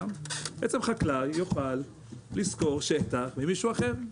ובעצם חקלאי יוכל לשכור שטח ממישהו אחר.